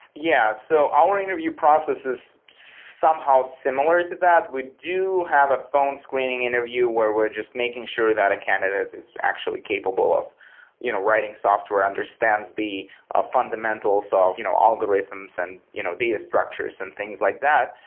yeah. so our interview process is somehow similar to that. we do have a phone screening interview where we're just making sure that a candidate is actually capable of you know writing software, understands the ah fundamentals ah of you know algorithms and you know data structures and things like that.